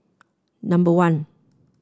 number one